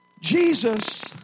Jesus